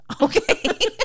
okay